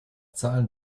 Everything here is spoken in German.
zahlen